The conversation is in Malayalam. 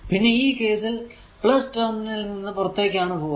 പിന്നെ ഈ കേസിൽ കറന്റ് ടെർമിനൽ ൽ നിന്നും പുറത്തേക്കാണ് പോകുന്നത്